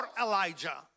Elijah